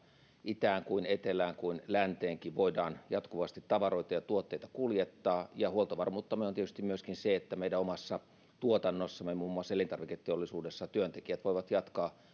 itään kuin etelään kuin länteenkin voidaan jatkuvasti tavaroita ja tuotteita kuljettaa ja huoltovarmuuttamme on tietysti myöskin se että meidän omassa tuotannossamme muun muassa elintarviketeollisuudessa työntekijät voivat jatkaa